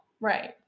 Right